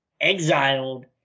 exiled